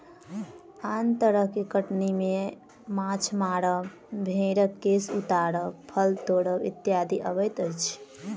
आन तरह के कटनी मे माछ मारब, भेंड़क केश उतारब, फल तोड़ब इत्यादि अबैत अछि